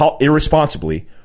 irresponsibly